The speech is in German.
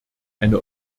eine